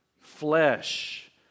flesh